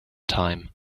time